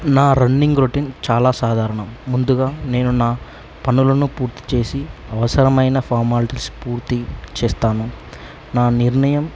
నా running routine చాలా సాధారణం ముందుగా నేను నా పనులను పూర్తి చేసి అవసరమైన ఫార్మాలిటీస్ పూర్తి చేస్తాను నా నిర్ణయం